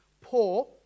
poor